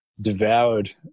Devoured